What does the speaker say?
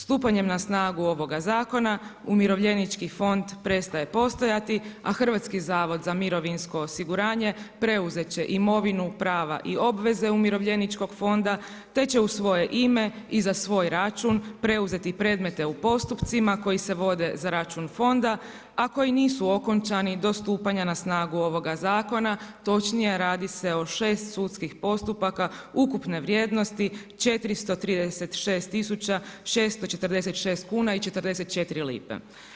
Stupanjem na snagu ovoga zakona, umirovljenički fond prestaje postojati a HZMO preuzet će imovinu, prava i obveze umirovljeničkog fonda te će u svoje ime i za svoj račun preuzeti predmete u postupcima koji s vode za račun fonda a koji nisu okončani do stupanja na snagu ovoga zakona, točnije radi se o 6 sudskih postupaka ukupne vrijednosti 436 646 kuna i 44 lipe.